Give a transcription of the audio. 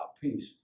peace